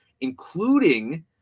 including